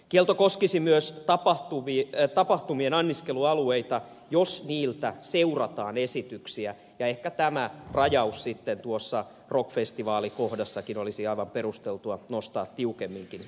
kielto koskisi myös tapahtumien anniskelualueita jos niiltä seurataan esityksiä ja ehkä tämä rajaus sitten tuossa rock festivaalikohdassakin olisi aivan perusteltua nostaa tiukemminkin esille